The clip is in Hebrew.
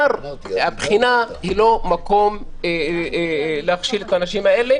הבחינה היא לא מקום להכשיל את האנשים האלה,